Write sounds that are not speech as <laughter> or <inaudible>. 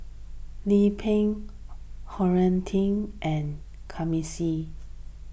Lim Pin Huiying Teen and <unintelligible>